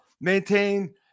maintain